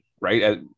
right